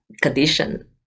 condition